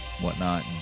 whatnot